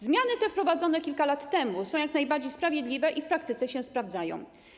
Zmiany te wprowadzone kilka lat temu są jak najbardziej sprawiedliwe i w praktyce się sprawdzają.